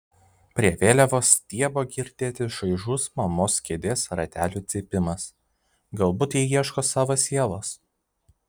prie vėliavos stiebo girdėti šaižus mamos kėdės ratelių cypimas galbūt ji ieško savo sielos